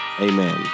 Amen